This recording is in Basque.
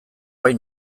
bai